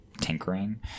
tinkering